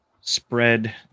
spread